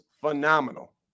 phenomenal